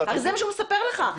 זה מה שהוא מספר לך.